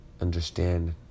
understand